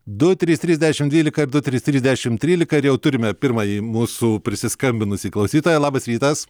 du trys trys dešimt dvylika ir du trys trys dešimt trylika ir jau turime pirmąjį mūsų prisiskambinusį klausytoją labas rytas